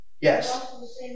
Yes